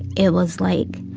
it was like,